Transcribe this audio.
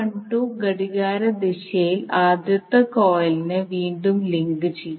ഘടികാരദിശയിൽ ആദ്യത്തെ കോയിലിനെ വീണ്ടും ലിങ്ക് ചെയ്യും